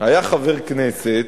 היה חבר כנסת,